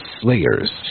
slayers